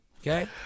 Okay